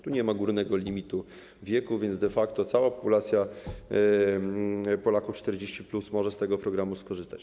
Tu nie ma górnego limitu wieku, więc de facto cała populacja Polaków 40+ może z tego programu skorzystać.